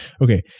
okay